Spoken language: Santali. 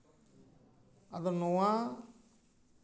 ᱟᱫᱚ ᱱᱚᱣᱟ